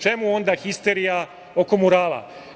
Čemu onda histerija oko murala?